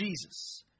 Jesus